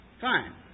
Fine